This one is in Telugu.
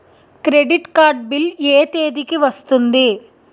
క్రెడిట్ కార్డ్ బిల్ ఎ తేదీ కి వస్తుంది?